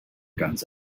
guns